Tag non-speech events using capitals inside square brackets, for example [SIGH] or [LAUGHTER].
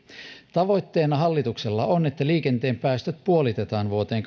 tavoitteena hallituksella on että liikenteen päästöt puolitetaan vuoteen [UNINTELLIGIBLE]